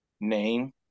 name